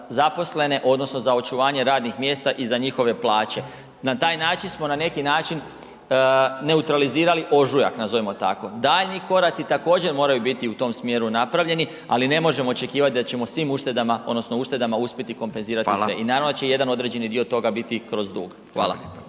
odnosno za očuvanje radnih mjesta i za njihove plaće. Na taj način smo na neki način neutralizirali ožujak, nazovimo tako, daljnji koraci također moraju biti u tom smjeru napravljeni, ali ne možemo očekivat da ćemo u svim uštedama odnosno uštedama uspjeti kompenzirati sve. …/Upadica Radin: Hvala./… I naravno da će jedan određeni dio toga biti kroz dug. Hvala.